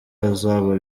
azaba